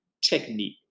technique